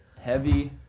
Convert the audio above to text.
Heavy